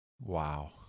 wow